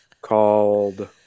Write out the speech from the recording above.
Called